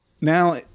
now